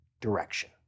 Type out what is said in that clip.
direction